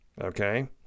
okay